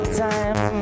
time